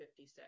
56